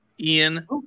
Ian